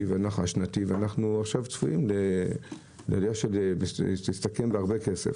השנתית והם עכשיו צפויים לעלייה שתסתכם בהרבה כסף.